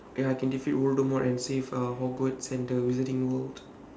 ya I can defeat voldemort and save uh hogwarts and the wizarding world